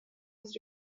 was